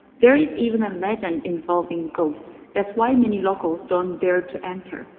there is even a legend involving ghosts, that's why many locals don't dare to enter,